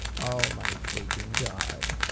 oh my freaking god.